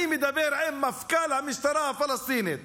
אני מדבר עם מפכ"ל המשטרה הפלסטינית